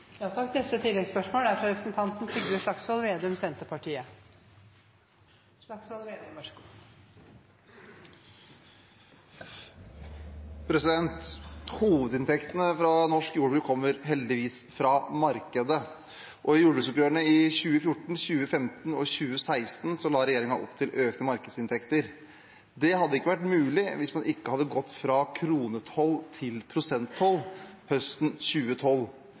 Trygve Slagsvold Vedum – til oppfølgingsspørsmål. Hovedinntektene fra norsk jordbruk kommer heldigvis fra markedet, og i jordbruksoppgjørene i 2014, i 2015 og i 2016 la regjeringen opp til økte markedsinntekter. Det hadde ikke vært mulig hvis man ikke hadde gått fra kronetoll til prosenttoll høsten 2012.